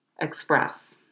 express